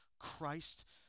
Christ